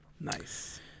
nice